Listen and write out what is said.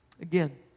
Again